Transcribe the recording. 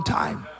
time